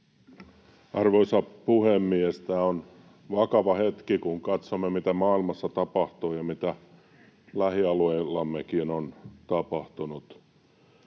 Arvoisa puhemies! Tämä on vakava hetki, kun katsomme, mitä maailmassa tapahtuu ja mitä lähialueillammekin on tapahtunut.